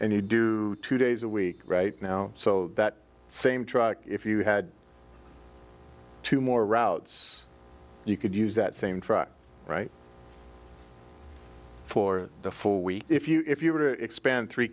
and you do two days a week right now so that same truck if you had two more routes you could use that same truck right for the full week if you were to expand three